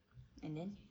and then